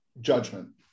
judgment